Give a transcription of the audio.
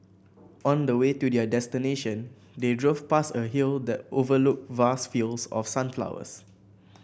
on the way to their destination they drove past a hill that overlooked vast fields of sunflowers